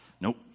nope